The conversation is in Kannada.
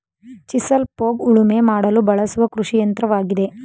ಚಿಸಲ್ ಪೋಗ್ ಉಳುಮೆ ಮಾಡಲು ಬಳಸುವ ಕೃಷಿಯಂತ್ರವಾಗಿದೆ